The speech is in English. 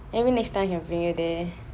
maybe next time I bring you there